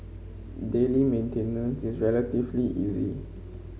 daily maintenance is relatively easy